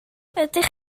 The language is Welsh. ydych